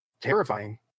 terrifying